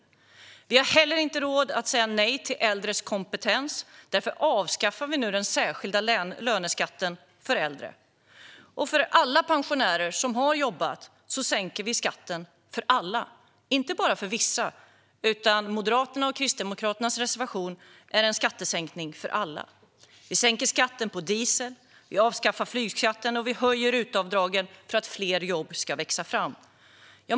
Vi har heller inte råd att säga nej till äldres kompetens. Därför vill vi nu avskaffa den särskilda löneskatten för äldre. För alla pensionärer som har jobbat sänker vi skatten för alla och inte bara för vissa, utan Moderaternas och Kristdemokraternas reservation innebär en skattesänkning för alla. Vi sänker skatten på diesel, vi avskaffar flygskatten och vi höjer RUT-avdragen för att fler jobb ska växa fram.